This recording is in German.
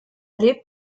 lebt